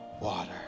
water